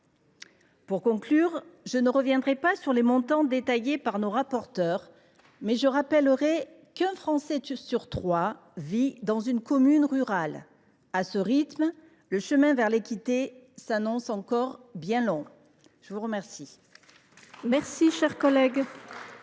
Pour conclure, sans revenir sur les montants détaillés par les rapporteurs, je rappellerai qu’un Français sur trois vit dans une commune rurale. Or, à ce rythme, le chemin vers l’équité s’annonce encore bien long. La parole